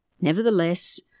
Nevertheless